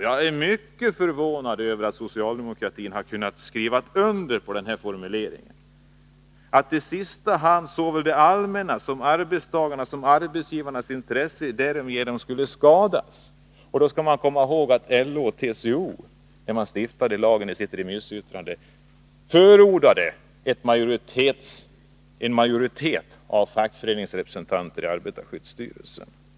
Jag är vidare mycket förvånad över att socialdemokratin har kunnat skriva under på formuleringen att i sista hand såväl det allmännas som arbetstagarnas och arbetsgivarnas intressen därigenom skulle skadas. Vi skall komma ihåg att LO och TCO, när lagen stiftades, i ett remissyttrande förordade en majoritet av fackföreningsrepresentanter i arbetarskyddsstyrelsen.